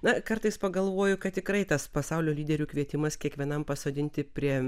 na kartais pagalvoju kad tikrai tas pasaulio lyderių kvietimas kiekvienam pasodinti prie